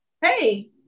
Hey